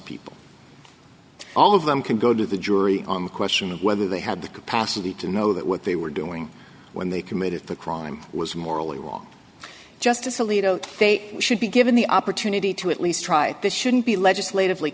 people all of them can go to the jury on the question of whether they had the capacity to know that what they were doing when they committed the crime was morally wrong justice alito they should be given the opportunity to at least try this shouldn't be legislatively